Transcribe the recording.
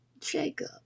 Jacob